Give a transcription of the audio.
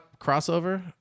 crossover